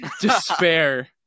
Despair